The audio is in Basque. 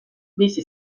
bizi